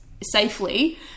safely